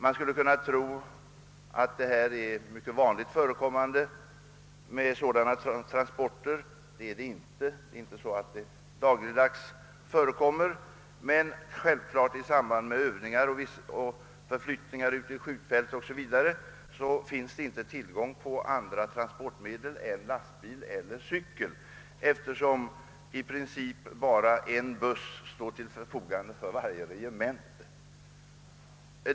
Man skulle kunna tro att det är mycket vanligt med sådana transporter, men så är inte fallet; de förekommer ingalunda dagligdags. Vid övningar och t.ex. för förflyttningar till skjutfält har man emellertid inte tillgång till andra transportmedel än lastbil eller cykel, eftersom i princip bara en buss står till förfogande för varje regemente.